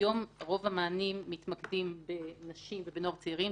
היום, רוב המענים מתמקדים בנשים ובנוער צעירים.